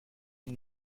and